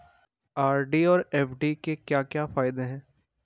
RD और FD के क्या क्या फायदे हैं?